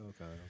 okay